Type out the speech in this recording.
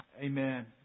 amen